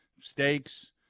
steaks